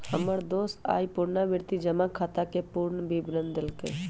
हमर दोस आइ पुरनावृति जमा खताके पूरे विवरण देलक